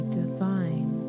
divine